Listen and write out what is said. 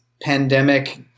pandemic